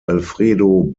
alfredo